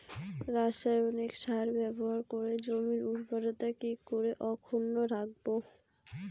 রাসায়নিক সার ব্যবহার করে জমির উর্বরতা কি করে অক্ষুণ্ন রাখবো